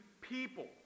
people